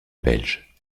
belge